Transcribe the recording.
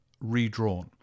redrawn